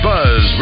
Buzz